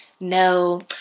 no